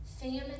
famine